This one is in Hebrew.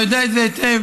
אתה יודע את זה היטב.